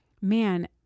man